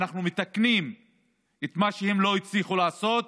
אנחנו מתקנים את מה שהם לא הצליחו לעשות,